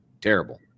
Terrible